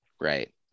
Right